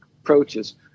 approaches